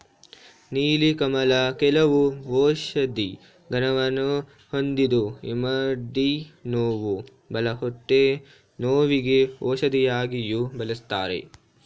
ನೀಲಿ ಕಮಲ ಕೆಲವು ಔಷಧಿ ಗುಣವನ್ನು ಹೊಂದಿದ್ದು ಇಮ್ಮಡಿ ನೋವು, ಒಳ ಹೊಟ್ಟೆ ನೋವಿಗೆ ಔಷಧಿಯಾಗಿಯೂ ಬಳ್ಸತ್ತರೆ